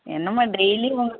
என்னமா டெய்லியும் வாங்க